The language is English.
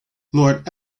lord